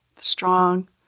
strong